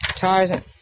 Tarzan